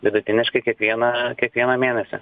vidutiniškai kiekvieną kiekvieną mėnesį